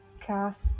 cast